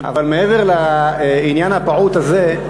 אבל מעבר לעניין הפעוט הזה,